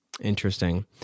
Interesting